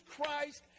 Christ